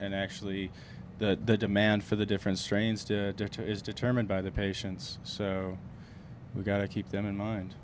and actually that the demand for the different strains to deter is determined by the patients so we've got to keep that in mind